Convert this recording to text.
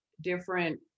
different